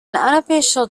unofficial